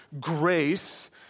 grace